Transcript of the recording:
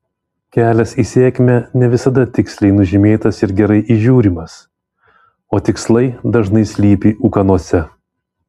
kelias į sėkmę ne visada tiksliai nužymėtas ir gerai įžiūrimas o tikslai dažnai slypi ūkanose